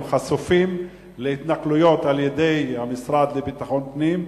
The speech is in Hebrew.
הם חשופים להתנכלויות על-ידי המשרד לביטחון פנים,